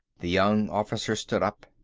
the young officer stood up.